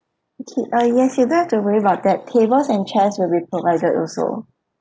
okay uh yes you don't have to worry about that tables and chairs will be provided also